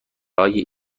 های